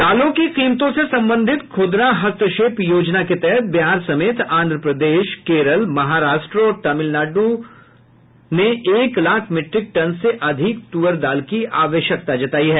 दालों की कीमतों से संबंधित खूदरा हस्तक्षेप योजना के तहत बिहार समेत आंध्र प्रदेश केरल महाराष्ट्र और तमिलनाडु राज्यों ने एक लाख मीट्रिक टन से अधिक तुअर दाल की आवश्यकता जताई है